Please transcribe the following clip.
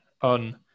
on